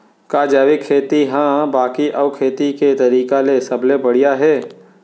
का जैविक खेती हा बाकी अऊ खेती के तरीका ले सबले बढ़िया हे?